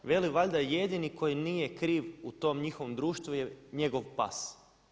Veli valjda jedini koji nije kriv u tom njihovom društvu je njegov pas.